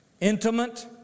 Intimate